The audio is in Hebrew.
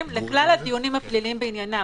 מבחינתי,